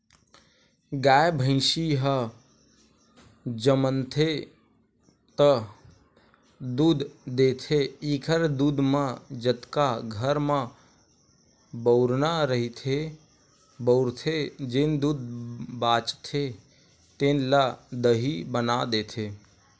गाय, भइसी ह जमनथे त दूद देथे एखर दूद म जतका घर म बउरना रहिथे बउरथे, जेन दूद बाचथे तेन ल दही बना देथे